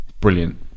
Brilliant